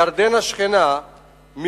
ירדן, השכנה ממול,